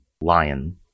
Lion